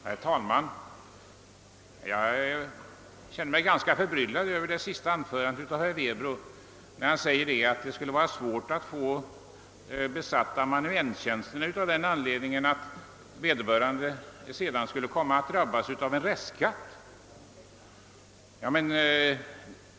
Herr talman! Jag känner mig ganska förbryllad över det senaste anförandet av herr Werbro. Han sade att det skulle vara svårt att få amanuenstjänsterna vid universiteten besatta av den anledningen att vederbörande senare skulle komma att drabbas av restskatter.